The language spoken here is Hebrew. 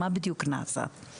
מה בדיוק נעשה?